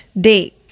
day